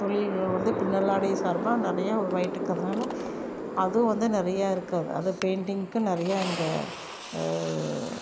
தொழில்ல வந்து பின்னலாடை சார்பாக நிறையா உருவாயிட்டு இருக்கிறதுனால அதுவும் வந்து நிறையா இருக்குது அதை பெயிண்டிங்க்கு நிறையா இங்கே